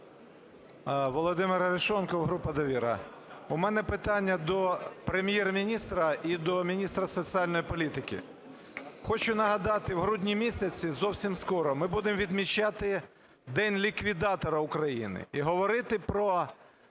Володимир Арешонков, група "Довіра". У мене питання до Прем'єр-міністра і до міністра соціальної політики. Хочу нагадати, в грудні місяці, зовсім скоро, ми будемо відмічати День ліквідатора в Україні і говорити про